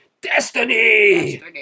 Destiny